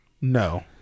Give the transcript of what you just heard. No